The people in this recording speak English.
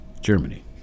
Germany